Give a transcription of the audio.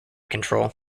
control